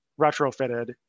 retrofitted